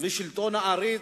ושלטון עריץ,